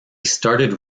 started